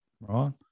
right